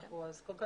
מעולה.